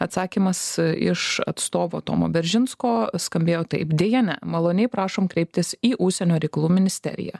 atsakymas iš atstovo tomo beržinsko skambėjo taip deja ne maloniai prašom kreiptis į užsienio reikalų ministeriją